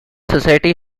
society